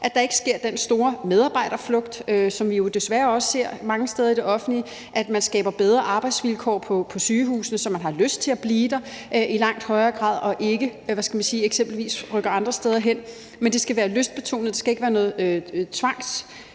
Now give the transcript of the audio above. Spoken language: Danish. at der ikke sker den store medarbejderflugt, som vi jo desværre også ser mange steder i det offentlige, altså at der bliver skabt bedre arbejdsvilkår på sygehusene, så man har lyst til at blive der i langt højere grad og ikke eksempelvis rykker andre steder hen. Men det skal være lystbetonet, det skal ikke være noget